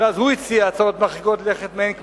שאז הוא הציע הצעות מרחיקות לכת מאין כמותן,